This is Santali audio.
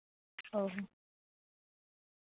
ᱦᱳᱭ